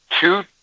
Two